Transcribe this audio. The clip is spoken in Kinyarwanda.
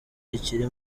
ikiri